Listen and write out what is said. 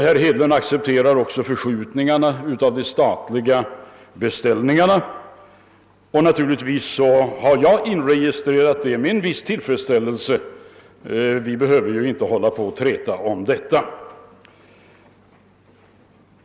Han accepterar också förskjutningarna av de statliga beställningarna, och jag har naturligtvis för min del inregistrerat detta med en viss tillfredsställelse, eftersom vi då inte behöver hålla på att träta om den saken.